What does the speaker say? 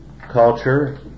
culture